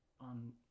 on